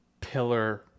pillar